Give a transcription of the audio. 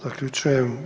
Zaključujem.